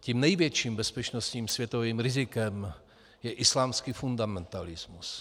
Tím největším bezpečnostním světovým rizikem je islámský fundamentalismus.